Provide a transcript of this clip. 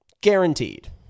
Guaranteed